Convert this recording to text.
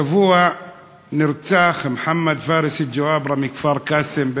השבוע נרצח מוחמד פארס אל ג'ועברה מכפר-קאסם,